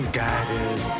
guided